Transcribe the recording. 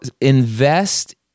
invest